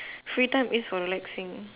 free time is for relaxing